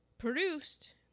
Produced